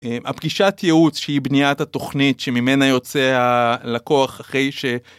הפגישת ייעוץ שהיא בניית התוכנית שממנה יוצא הלקוח אחרי ש...